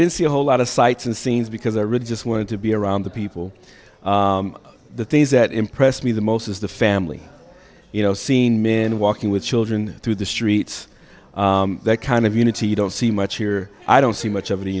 didn't see a whole lot of sights and scenes because i really just wanted to be around the people the things that impressed me the most is the family you know seen men walking with children through the streets that kind of unity you don't see much here i don't see much of the